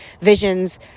visions